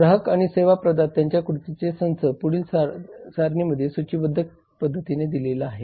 ग्राहक आणि सेवा प्रदात्यांच्या कृतींचा संच पुढील सारणीमध्ये सूचीबद्ध पद्धतीने दिला आहे